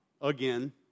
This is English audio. again